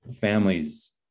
families